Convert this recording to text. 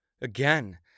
Again